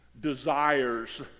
desires